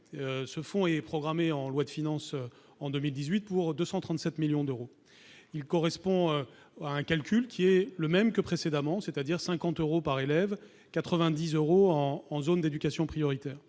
Il est programmé, en loi de finances pour 2018, pour 237 millions d'euros, avec un calcul qui est le même que précédemment, c'est-à-dire 50 euros par élève et 90 euros en zone d'éducation prioritaire.